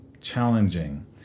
challenging